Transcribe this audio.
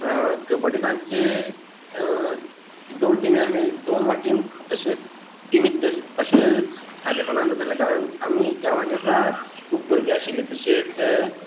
कबड्डीत आमची दोन टिमी आमी दोन वा तीन टिमींत अशे सादेपणान करताले कारण आमी गांवांन जे आसा खूब भुरगे आशिल्ले तशेंच